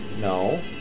No